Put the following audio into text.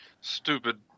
Stupid